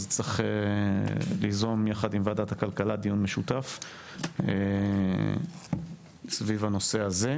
צריך ליזום יחד עם ועדת הכלכלה דיון משותף סביב הנושא הזה.